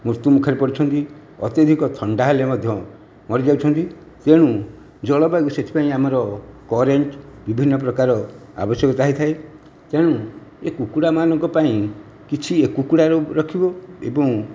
ମୃତ୍ୟୁ ମୁଖରେ ପଡ଼ୁଛନ୍ତି ଅତ୍ୟାଧିକ ଥଣ୍ଡା ହେଲେ ମଧ୍ୟ ମରିଯାଉଛନ୍ତି ତେଣୁ ଜଳବାୟୁ ସେଥିପାଇଁ ଆମର କରେଣ୍ଟ ବିଭିନ୍ନ ପ୍ରକାର ଆବଶ୍ୟକତା ହେଇଥାଏ ତେଣୁ ଏ କୁକୁଡ଼ା ମାନଙ୍କ ପାଇଁ କିଛି କୁକୁଡ଼ା ରୁମ ରଖିବ ଏବଂ